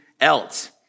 else